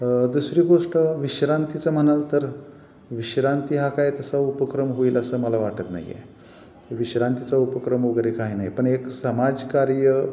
दुसरी गोष्ट विश्रांतीचं म्हणाल तर विश्रांती हा काही तसा उपक्रम होईल असं मला वाटत नाही आहे विश्रांतीचा उपक्रम वगैरे काही नाही पण एक समाजकार्य